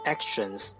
Actions